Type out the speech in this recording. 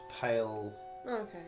pale